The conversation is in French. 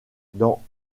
dans